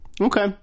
Okay